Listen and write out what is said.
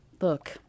Look